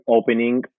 opening